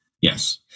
yes